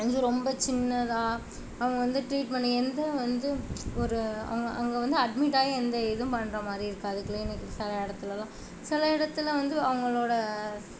இது ரொம்ப சின்னதாக அவங்க வந்து ட்ரீட்மெண்ட் எந்த வந்து ஒரு அங்கே அங்கே வந்து அட்மிட் ஆகி எந்த இதும் பண்ணுறமாதிரி இருக்காது க்ளீனிக்ஸ் சில இடத்துலலாம் சில இடத்துல வந்து அவங்களோட